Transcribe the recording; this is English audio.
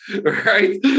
right